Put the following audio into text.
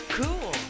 cool